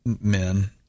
men